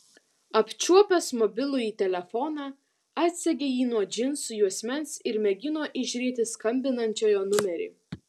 apčiuopęs mobilųjį telefoną atsegė jį nuo džinsų juosmens ir mėgino įžiūrėti skambinančiojo numerį